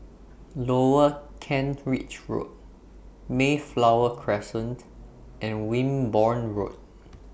Lower Kent Ridge Road Mayflower Crescent and Wimborne Road